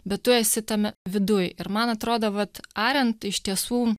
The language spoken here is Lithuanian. bet tu esi tame viduj ir man atrodo vat ariant iš tiesų